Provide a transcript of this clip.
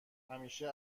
همیشه